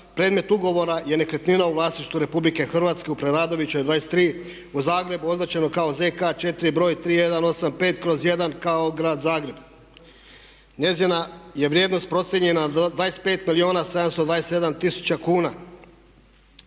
Predmet ugovora je nekretnina u vlasništvu RH u Preradovićevoj 23 u Zagrebu, označeno kao zk 4. br. 3185/1 kao grad Zagreb. Njezina je vrijednost procijenjena za 25 milijuna 727 tisuća kuna.